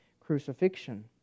crucifixion